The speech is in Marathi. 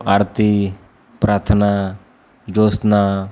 आरती प्रार्थना जोत्स्ना